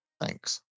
Thanks